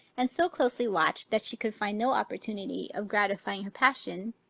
and so closely watched that she could find no opportunity of gratifying her passion,